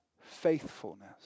faithfulness